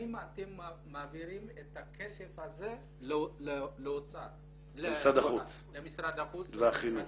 האם אתם מעבירים את הכסף הזה למשרד החוץ ולמשרד